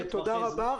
תודה רבה.